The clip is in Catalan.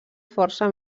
força